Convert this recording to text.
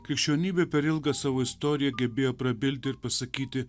krikščionybė per ilgą savo istoriją gebėjo prabilti ir pasakyti